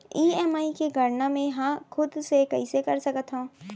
EMI के गड़ना मैं हा खुद से कइसे कर सकत हव?